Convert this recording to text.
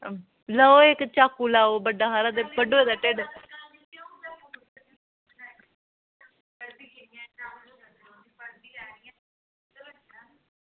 लैओ चाकू लैओ बड्डा हारा ते बड्ढो एह्दा ढिड्ड